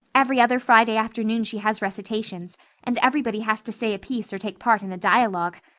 every other friday afternoon she has recitations and everybody has to say a piece or take part in a dialogue.